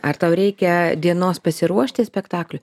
ar tau reikia dienos pasiruošti spektakliui